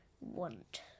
want